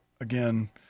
again